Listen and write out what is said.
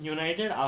United